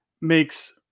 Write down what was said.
makes